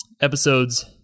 episodes